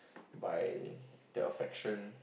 by their affection